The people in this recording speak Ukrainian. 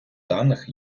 даних